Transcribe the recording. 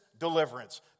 deliverance